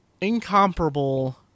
incomparable